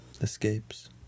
escapes